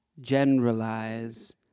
Generalize